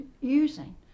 using